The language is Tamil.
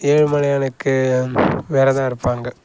ஏழுமலையானுக்கு விரதோம் இருப்பாங்க